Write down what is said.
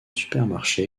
supermarché